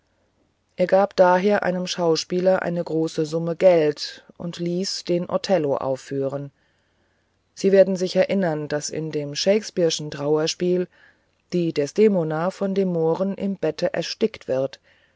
er gab daher einem schauspieler eine große summe geld und ließ den othello aufführen sie werden sich erinnern daß in dem shakespeareschen trauerspiel die desdemona von dem mohren im bette erstickt wird